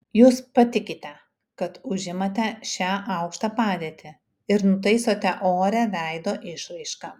jūs patikite kad užimate šią aukštą padėtį ir nutaisote orią veido išraišką